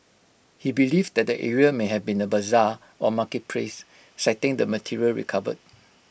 he believed that the area may have been A Bazaar or marketplace citing the material recovered